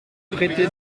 prêté